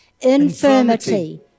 infirmity